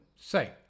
say